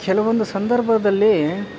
ಕೆಲವೊಂದು ಸಂದರ್ಭದಲ್ಲಿ